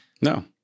no